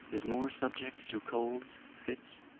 is more subject to colds, fits,